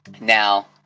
Now